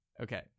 Okay